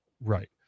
Right